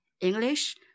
English